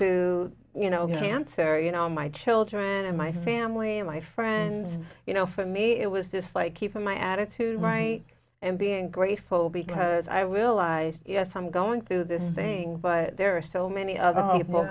through you know cancer you know my children and my family and my friends and you know for me it was just like keeping my attitude right and being grateful because i will i yes i'm going through this thing but there are so many other people